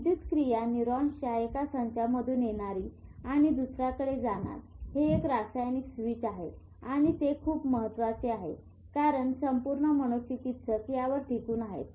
विद्युत क्रिया न्यूरॉन्सच्या एका संचामधून येणारी आणि दुसर्याकडे जाणार हे एक रासायनिक स्विच आहे आणि ते खूप महत्वाचे आहे कारण संपूर्ण मनोचिकित्सक यावर टिकून आहेत